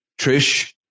Trish